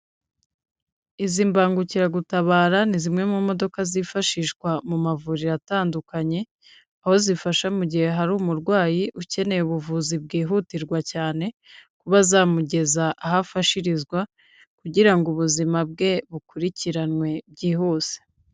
Izi mbangukiragutabara ni zimwe mu modoka zifashishwa mu mavuriro atandukanye, aho zifasha mu gihe hari umurwayi ukeneye ubuvuzi bwihutirwa cyane, kuba zamugeza aho afashirizwa kugira ngo ubuzima bwe bukurikiranwe byihuse.